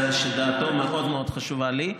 שדעתו מאוד מאוד חשובה לי,